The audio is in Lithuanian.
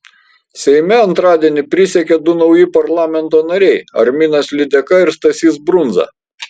seime antradienį prisiekė du nauji parlamento nariai arminas lydeka ir stasys brundza